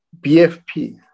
BFP